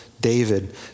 David